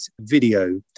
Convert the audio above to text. video